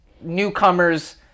newcomers